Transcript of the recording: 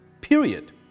period